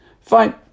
Fine